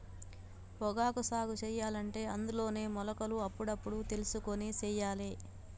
పొగాకు సాగు సెయ్యలంటే అందులోనే మొలకలు అప్పుడప్పుడు తెలుసుకొని సెయ్యాలే